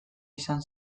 izan